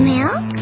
Milk